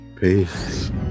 Peace